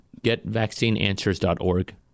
GetVaccineAnswers.org